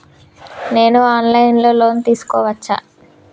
నేను online లో loan తీసుకోవచ్చా?